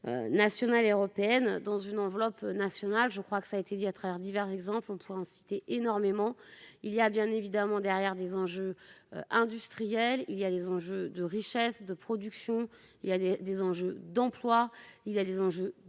Nationale et européenne dans une enveloppe nationale. Je crois que ça a été dit à travers divers exemples on pourra en citer énormément, il y a bien évidemment derrière des enjeux. Industriels, il y a des enjeux de richesse de production il y a des, des enjeux d'emplois. Il a des enjeux